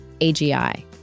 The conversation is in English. AGI